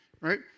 right